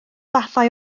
fathau